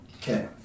Okay